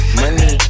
money